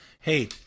Hey